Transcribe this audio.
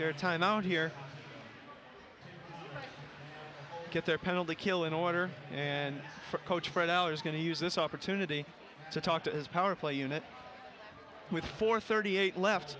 their time out here get their penalty kill in order and coach fred allen is going to use this opportunity to talk to his power play unit with four thirty eight left